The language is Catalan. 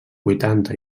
vuitanta